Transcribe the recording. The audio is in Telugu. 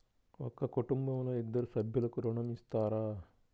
ఒక కుటుంబంలో ఇద్దరు సభ్యులకు ఋణం ఇస్తారా?